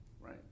right